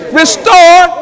restore